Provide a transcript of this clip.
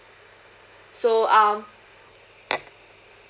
so um